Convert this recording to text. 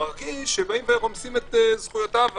שמרגיש שבאים ורומסים את זכויותיו,